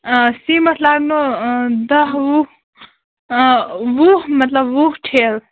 سیٖمَٹھ لَگنو دَہ وُہ وُہ مطلب وُہ ٹھیلہٕ